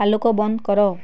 ଆଲୋକ ବନ୍ଦ କର